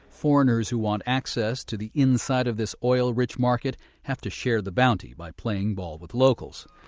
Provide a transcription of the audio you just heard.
foreigners who want access to the inside of this oil-rich market have to share the bounty by playing ball with locals.